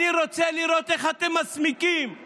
אני רוצה לראות איך אתם מסמיקים,